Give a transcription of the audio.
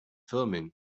thummim